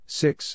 six